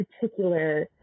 particular